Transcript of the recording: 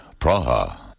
Praha